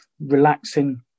relaxing